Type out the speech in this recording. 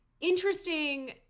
interesting